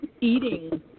eating